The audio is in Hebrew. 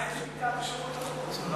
מה עם השביתה בשירות החוץ?